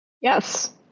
Yes